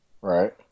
right